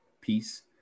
peace